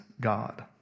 God